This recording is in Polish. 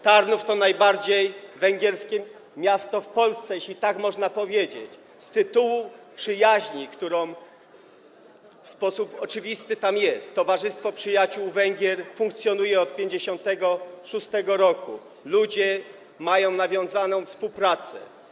Tarnów to najbardziej węgierskie miasto w Polsce, jeśli tak można powiedzieć, z tytułu przyjaźni, która w sposób oczywisty tam jest - towarzystwo przyjaciół Węgier funkcjonuje od 1956 r., ludzie mają nawiązaną współpracę.